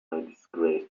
disgrace